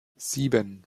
sieben